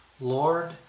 Lord